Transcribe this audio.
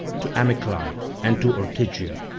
to amyclae, and to ortygia.